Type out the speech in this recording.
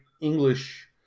English